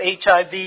HIV